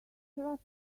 trust